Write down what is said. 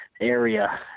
area